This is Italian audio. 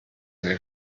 nel